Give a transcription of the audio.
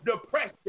Depression